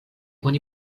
oni